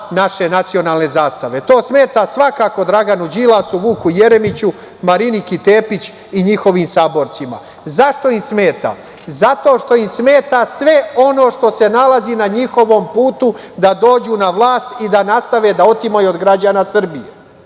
naše nacionalne zastave. To smeta svakako Draganu Đilasu, Vuku Jeremiću, Mariniki Tepić i njihovim saborcima. Zašto im smeta? Zato što im smeta sve ono što se nalazi na njihovom putu da dođu na vlast i da nastave da otimaju od građana Srbije.